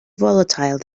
volatile